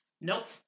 Nope